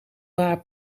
waar